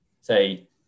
say